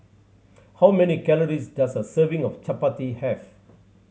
how many calories does a serving of Chapati have